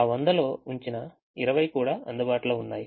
ఆ 100 లో ఉంచిన 20 కూడా అందుబాటులో ఉన్నాయి